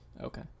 Okay